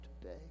today